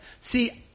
see